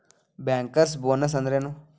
Bankers bonus ಅಂದ್ರೇನು?